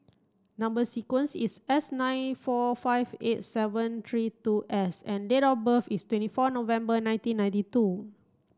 number sequence is S nine four five eight seven three two S and date of birth is twenty four November nineteen ninety two